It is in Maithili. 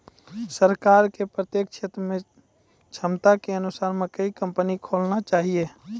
सरकार के प्रत्येक क्षेत्र मे क्षमता के अनुसार मकई कंपनी खोलना चाहिए?